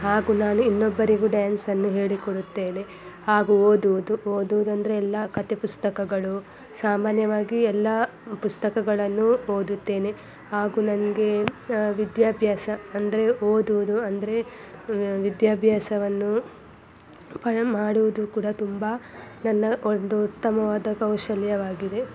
ಹಾಗೂ ನಾನು ಇನ್ನೊಬ್ಬರಿಗೂ ಡ್ಯಾನ್ಸನ್ನು ಹೇಳಿ ಕೊಡುತ್ತೇನೆ ಹಾಗೂ ಓದುವುದು ಓದುವುದಂದರೆ ಎಲ್ಲ ಕಥೆ ಪುಸ್ತಕಗಳು ಸಾಮಾನ್ಯವಾಗಿ ಎಲ್ಲ ಪುಸ್ತಕಗಳನ್ನು ಓದುತ್ತೇನೆ ಹಾಗೂ ನನಗೆ ವಿದ್ಯಾಭ್ಯಾಸ ಅಂದರೆ ಓದುವುದು ಅಂದರೆ ವಿದ್ಯಾಭ್ಯಾಸವನ್ನು ಮಾಡುವುದು ಕೂಡ ನನ್ನ ಒಂದು ಉತ್ತಮವಾದ ಕೌಶಲ್ಯವಾಗಿದೆ